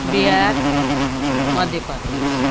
Bihar Madhya Pradesh